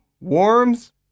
Worms